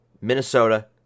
Minnesota